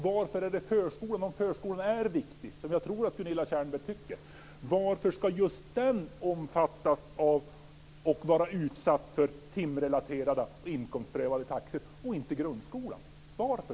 Varför gäller detta bara förskolan, om förskolan är viktig, vilket jag tror att Gunilla Tjernberg tycker? Varför ska just förskolan, och inte grundskolan, omfattas av detta och vara utsatt för timrelaterade och inkomstprövade taxor? Varför,